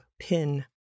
pin